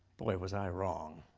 boy, was i wrong.